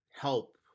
help